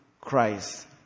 Christ